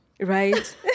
Right